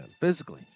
physically